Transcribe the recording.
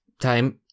time